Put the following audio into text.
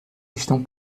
estão